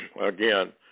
Again